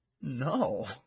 No